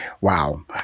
Wow